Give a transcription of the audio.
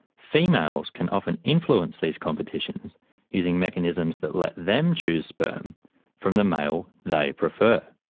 females can often influence these competitions using mechanisms that let them chose sperm from the male they prefer.